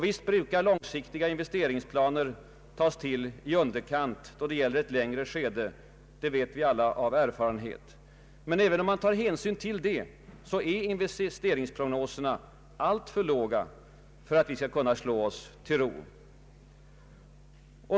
Visst brukar långsiktiga investeringsplaner tas till i underkant när det gäller ett längre skede, det vet vi alla av erfarenhet, men även om man tar hänsyn till det är investeringsprognoserna alltför låga för att vi skall kunna slå oss till ro.